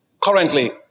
Currently